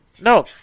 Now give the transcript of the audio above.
no